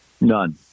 None